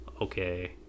okay